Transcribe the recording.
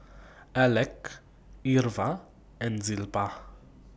Alek Irva and Zilpah